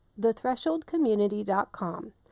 thethresholdcommunity.com